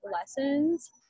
lessons